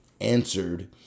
answered